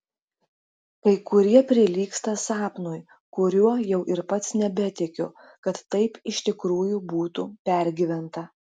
kai kurie prilygsta sapnui kuriuo jau ir pats nebetikiu kad taip iš tikrųjų būtų pergyventa